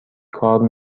کار